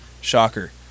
Shocker